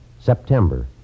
September